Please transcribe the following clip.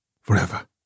forever